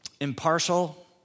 impartial